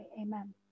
amen